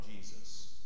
Jesus